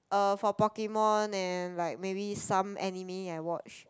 um for Pokemon and like maybe some anime I watch